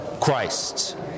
Christ